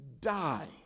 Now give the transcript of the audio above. die